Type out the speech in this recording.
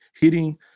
hitting